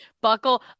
buckle